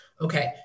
okay